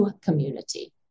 community